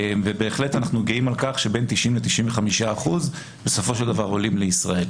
ובהחלט אנחנו גאים על כך שבין 90% ל-95% בסופו של דבר עולים לישראל.